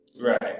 right